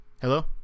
Hello